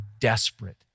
desperate